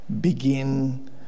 begin